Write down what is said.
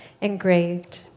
engraved